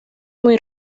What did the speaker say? muy